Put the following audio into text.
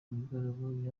mugoroba